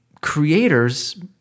creators